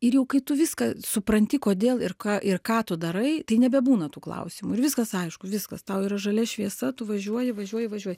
ir jau kai tu viską supranti kodėl ir ką ir ką tu darai tai nebebūna tų klausimų ir viskas aišku viskas tau yra žalia šviesa tu važiuoji važiuoji važiuoji